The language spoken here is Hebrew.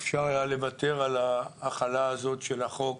אפשר היה לוותר על ההחלה הזאת של החוק